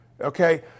okay